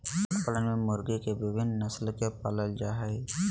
कुकुट पालन में मुर्गी के विविन्न नस्ल के पालल जा हई